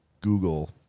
Google